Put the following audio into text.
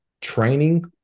Training